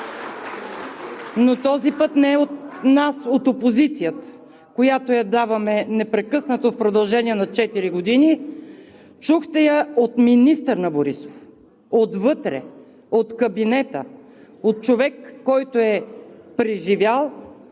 Този път не от нас, опозицията, която даваме непрекъснато в продължение на четири години, чухте я от министър на Борисов – отвътре, от кабинета, от човек, който е преживял